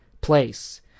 place